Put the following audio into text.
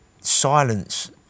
silence